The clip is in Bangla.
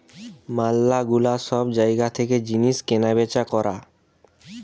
ম্যালা গুলা সব জায়গা থেকে জিনিস কেনা বেচা করা